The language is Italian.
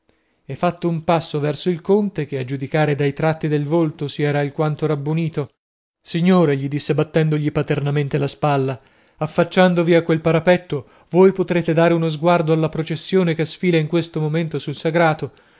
e fatto un passo verso il conte che a giudicarne dai tratti del volto si era alquanto rabbonito signore gli disse battendogli paternamente la spalla affacciandovi a quel parapetto voi potrete dare uno sguardo alla processione che sfila in questo momento sul sagrato